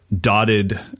dotted